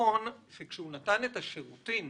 שכשהוא נתן את השירותים,